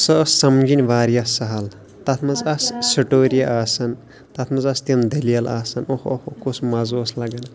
سۄ ٲس سَمجھٕنۍ واریاہ سَہل تَتھ منٛز آسہٕ سِٹوری آسان تَتھ منٛز آسہٕ تِم دٔلیٖل آسان اوٚہ اوٚہ اوٚہ کُس مَزٕ اوس لَگان